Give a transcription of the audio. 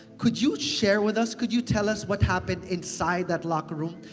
could you share with us? could you tell us what happened inside that locker room?